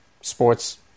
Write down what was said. sports